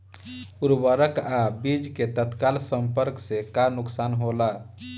उर्वरक अ बीज के तत्काल संपर्क से का नुकसान होला?